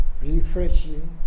refreshing